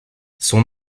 son